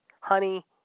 honey